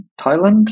Thailand